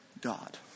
God